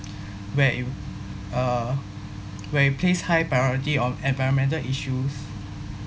where it uh where it place high priority on environmental issues